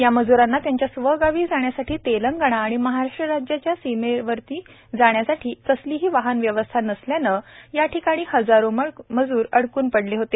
या मजूरांना त्यांच्या स्वगावी जाण्यासाठी तेलंगणा व महाराष्ट्र राज्याच्या सिमेवरावी जाण्यासाठी कसलीही वाहन व्यवस्था नसल्याने या ठिकाणी हजारो मजूर अडकून पडले होते